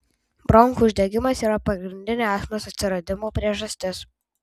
bronchų uždegimas yra pagrindinė astmos atsiradimo priežastis